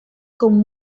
con